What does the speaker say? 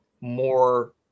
more